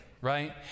right